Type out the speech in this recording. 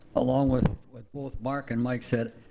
along with what both mark and mike said,